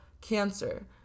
cancer